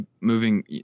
moving